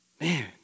man